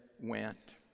went